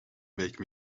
make